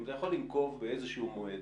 אם אתה יכול לנקוב באיזה שהוא מועד